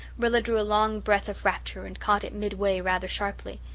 rilla drew a long breath of rapture and caught it midway rather sharply.